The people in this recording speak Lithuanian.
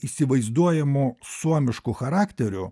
įsivaizduojamu suomišku charakteriu